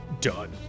done